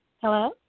Hello